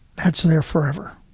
that's there forever